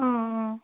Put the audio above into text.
অঁ অঁ